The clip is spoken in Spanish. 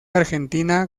argentina